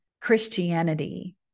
Christianity